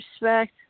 respect